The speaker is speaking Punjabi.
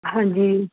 ਹਾਂਜੀ ਜੀ